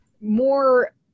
more